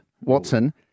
Watson